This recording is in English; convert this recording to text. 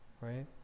right